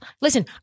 listen